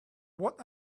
what